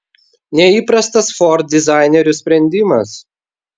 neįprastas ford dizainerių sprendimas